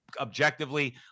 objectively